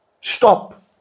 stop